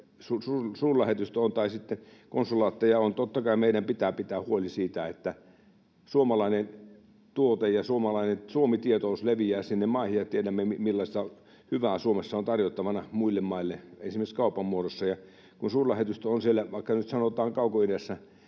suurlähetystö tai konsulaatteja on. Totta kai meidän pitää pitää huoli siitä, että suomalainen tuote ja Suomi-tietous leviää sinne maihin, ja tiedämme, millaista hyvää Suomessa on tarjottavana muille maille, esimerkiksi kaupan muodossa, ja kun suurlähetystö on siellä, sanotaan nyt vaikka Kaukoidässä,